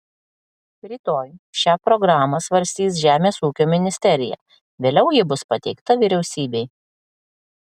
rytoj šią programą svarstys žemės ūkio ministerija vėliau ji bus pateikta vyriausybei